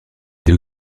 deux